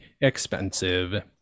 expensive